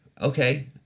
okay